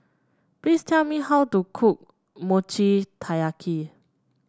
please tell me how to cook Mochi Taiyaki